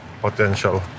potential